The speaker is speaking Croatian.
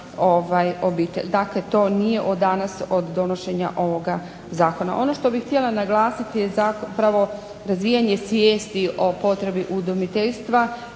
Dakle to nije od danas, od donošenja ovoga zakona. Ono što bih htjela naglasiti je zapravo razvijanje svijesti o potrebi udomiteljstva